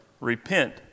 Repent